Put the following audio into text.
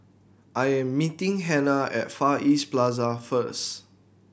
I am meeting Hanna at Far East Plaza first